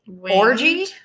orgy